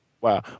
Wow